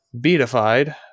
beatified